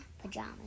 pajamas